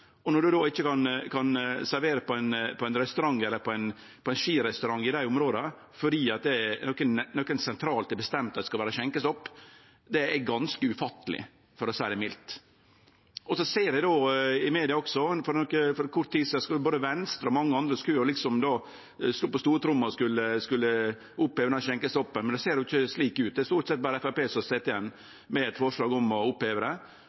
Når ein då ikkje kan servere på ein restaurant eller skirestaurant i dei områda fordi nokon sentralt har bestemt at det skal vere skjenkestopp, er det ganske ufatteleg, for å seie det mildt. Eg såg i media for kort tid sidan at både Venstre og mange andre liksom skulle slå på stortromma og oppheve denne skjenkestoppen, men det ser ikkje slik ut. Det er stort sett berre Framstegspartiet som sit igjen med eit forslag om å oppheve det,